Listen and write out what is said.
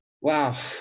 Wow